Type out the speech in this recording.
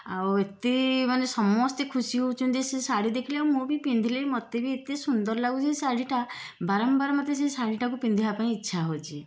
ଆଉ ଏତେ ମାନେ ସମସ୍ତେ ଖୁସି ହେଉଛନ୍ତି ସେ ଶାଢ଼ୀ ଦେଖିଲେ ଆଉ ମୁଁ ବି ପିନ୍ଧିଲେ ମୋତେ ବି ଏତେ ସୁନ୍ଦର ଲାଗୁଛି ସେ ଶାଢ଼ୀଟା ବାରମ୍ବାର ବାରମ୍ବାର ମୋତେ ବି ସେ ଶାଢ଼ୀଟାକୁ ପିନ୍ଧିବା ପାଇଁ ଇଚ୍ଛା ହେଉଛି